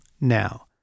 now